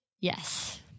Yes